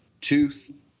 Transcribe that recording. tooth